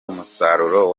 umusaruro